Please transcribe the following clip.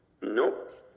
Nope